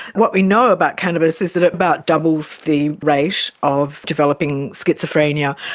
what we know about cannabis is it about doubles the rate of developing schizophrenia.